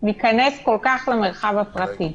ניכנס כל כך למרחב הפרטי.